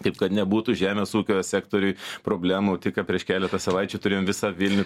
taip kad nebūtų žemės ūkio sektoriuj problemų tiką prieš keletą savaičių turėjom visą vilniuj